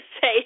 say